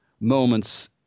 moments